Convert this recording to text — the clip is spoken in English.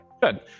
Good